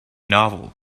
novel